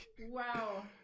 Wow